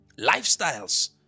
Lifestyles